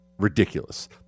ridiculous